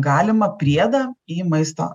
galimą priedą į maisto